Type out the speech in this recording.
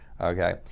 okay